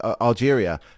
Algeria